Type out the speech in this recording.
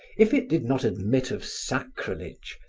if it did not admit of sacrilege,